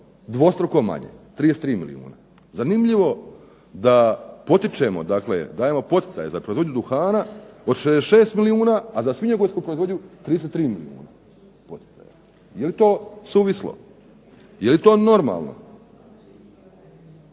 dvostruko manje, 33 milijuna. Zanimljivo da potičemo, dakle dajemo poticaje za proizvodnju duhana od 66 milijuna, a za svinjogojsku proizvodnju 33 milijuna poticaja. Je li to suvislo, je li to normalno?